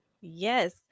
yes